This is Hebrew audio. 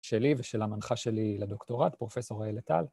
‫שלי ושל המנחה שלי לדוקטורט, ‫פרופ' ראה לטל.